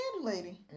lady